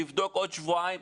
נבדוק עוד שבועיים?